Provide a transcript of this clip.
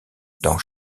dans